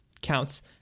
counts